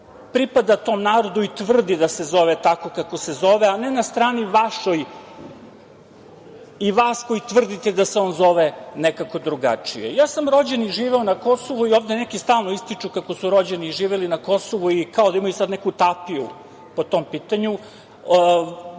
pripada tom narodu i tvrdi da se zove tako kako se zove, a ne na strani vašoj i vas koji tvrdite da se on zove nekako drugačije. Ja sam rođen i živeo na Kosovu. Ovde neki stalno ističu kako su rođeni i živeli na Kosovu i kao da imaju neku tapiju po tom pitanju.